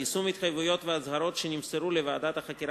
יישום התחייבויות והצהרות שנמסרו לוועדת החקירה